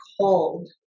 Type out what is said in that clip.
cold